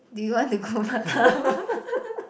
do you want to go Batam